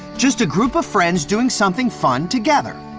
just a group of friends doing something fun together.